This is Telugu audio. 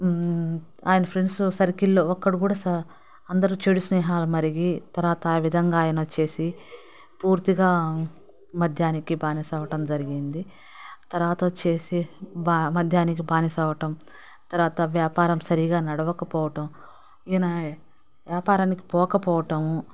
ఆయన ఫ్రెండ్స్ సర్కిల్లో ఒక్కడు కూడా సా అందరూ చెడు స్నేహలు మరిగి తర్వాత ఆ విధంగా ఆయన వచ్చేసి పూర్తిగా మద్యానికి బానిస అవ్వటం జరిగింది తర్వాత వచ్చేసి బా మద్యానికి బానిస అవ్వటం తర్వాత వ్యాపారం సరిగా నడవకపోవడం ఈయన వ్యాపారానికి పోకపోవటము